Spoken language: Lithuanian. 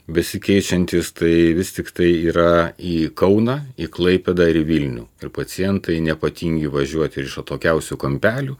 besikeičiantys tai vis tiktai yra į kauną į klaipėdą ir vilnių ir pacientai nepatingi važiuoti ir iš atokiausių kampelių